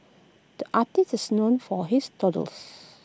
the artist is known for his doodles